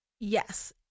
yes